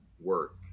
work